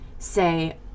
Say